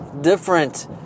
different